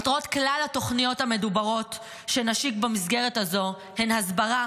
מטרות כלל התוכניות המדוברות שנשיק במסגרת הזו הן הסברה,